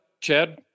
Chad